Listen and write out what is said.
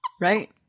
Right